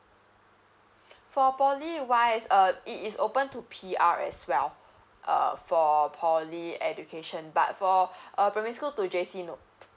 for poly wise uh it is open to P_R as well uh for poly education but for uh primary school to J_C no